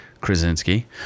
Krasinski